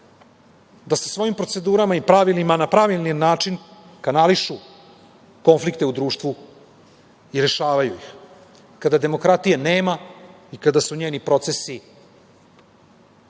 da sa svojim procedurama i pravilima na pravilan način kanališu konflikte u društvu i rešavaju ih. Kada demokratije nema i kada su njeni procesi